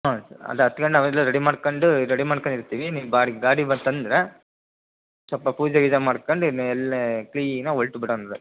ಹಾಂ ಸರ್ ಅದು ಹತ್ತು ಗಂಟೆಗೆ ನಾವೆಲ್ಲಾ ರೆಡಿ ಮಾಡ್ಕೊಂಡು ರೆಡಿ ಮಾಡ್ಕಂಡಿರ್ತೀವಿ ನೀವು ಬ ಗಾಡಿ ಬಂತಂದ್ರೆ ಸ್ವಲ್ಪ ಪೂಜೆ ಗೀಜೆ ಮಾಡ್ಕೊಂಡು ಎಲ್ಲ ಕ್ಲೀನಾಗಿ ಹೊರತು ಬಿಡೋಣ